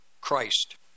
Christ